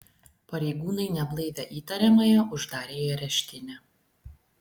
pareigūnai neblaivią įtariamąją uždarė į areštinę